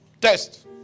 Test